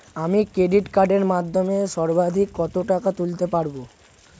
আমি ক্রেডিট কার্ডের মাধ্যমে সর্বাধিক কত টাকা তুলতে পারব?